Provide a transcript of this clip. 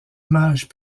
images